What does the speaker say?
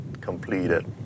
completed